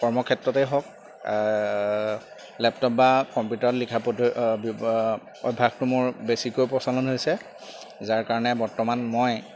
কৰ্মক্ষেত্ৰতে হওক লেপটপ বা কম্পিউটাৰত লিখা পদ্ধ অভ্যাসটো মোৰ বেছিকৈ প্ৰচলন হৈছে যাৰ কাৰণে বৰ্তমান মই